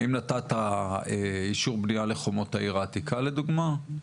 האם נתת אישור בנייה לחומות העיר העתיקה, לדוגמה?